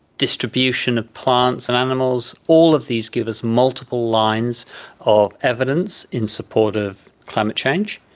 distribution of plants and animals, all of these give us multiple lines of evidence in support of climate change,